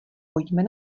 pojďme